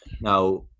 Now